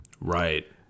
Right